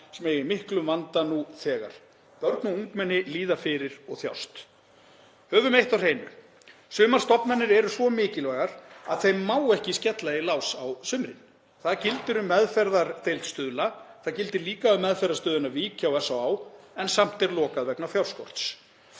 sem eiga í miklum vanda nú þegar. Börn og ungmenni líða fyrir og þjást. Höfum eitt á hreinu. Sumar stofnanir eru svo mikilvægar að þeim má ekki skella í lás á sumrin. Það gildir um meðferðardeild Stuðla. Það gildir líka um meðferðarstöðina Vík hjá SÁÁ en samt er lokað vegna fjárskorts.